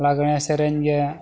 ᱞᱟᱜᱽᱬᱮ ᱥᱮᱨᱮᱧ ᱜᱮ